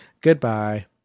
Goodbye